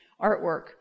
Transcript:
artwork